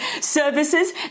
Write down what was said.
services